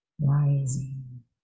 rising